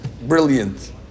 brilliant